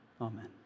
Amen